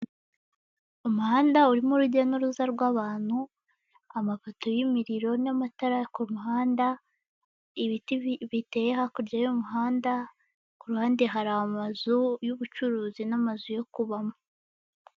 Umuhanda urimo urujya n'uruza rw'abantu, amapoto y'imiriro, n'amatara yo ku muhanda, ibiti biteye hakurya y'umuhanda, ku ruhande hari amazu y'ubucuruzi n'amazu yo kubamo.